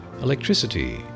electricity